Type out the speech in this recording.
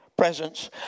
presence